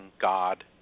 God